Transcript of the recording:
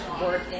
work